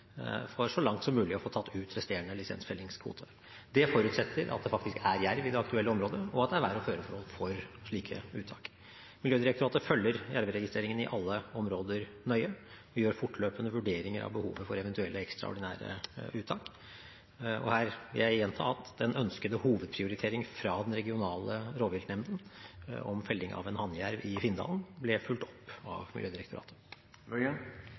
for så langt som mulig å få tatt ut resterende lisensfellingskvote. Det forutsetter at det faktisk er jerv i det aktuelle området, og at det er vær- og føreforhold for slike uttak. Miljødirektoratet følger jerveregistreringen i alle områder nøye. Vi gjør fortløpende vurderinger av behovet for eventuelle ekstraordinære uttak. Her vil jeg gjenta at den ønskede hovedprioritering fra den regionale rovviltnemnda om felling av en hannjerv i Finndalen ble fulgt opp av